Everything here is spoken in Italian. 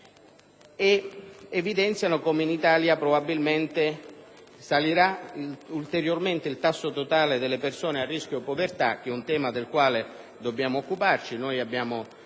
ed evidenziano che in Italia probabilmente salirà ulteriormente il tasso totale delle persone a rischio povertà, un tema del quale dobbiamo occuparci.